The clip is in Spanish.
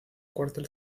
cuartel